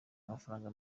amafaranga